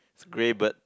grey bird